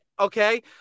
Okay